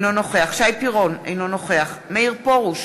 אינו נוכח שי פירון, אינו נוכח מאיר פרוש,